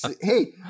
hey